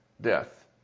death